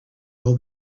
all